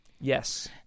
Yes